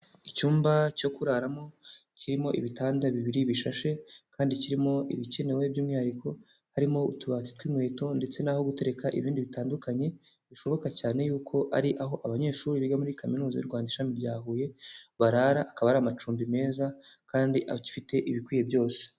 Icyumba cyo kuraramo kirimo ibitanda bibiri bishashe kandi kirimo ibikenewe by'umwihariko harimo utubati tw'inkweto ndetse n'aho gutekareka ibindi bitandukanye, bishoboka cyane yuko ari aho abanyeshuri biga muri Kaminuza y'u Rwanda ishami rya Huye barara, hakaba hari amacumbi meza kandi afite ibikwiye byose.